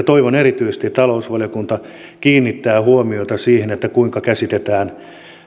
toivon erityisesti että talousvaliokunta kiinnittää huomiota siihen kuinka käsitetään